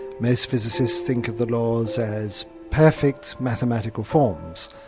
most physicists think of the laws as perfect mathematical forms.